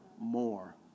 more